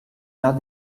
not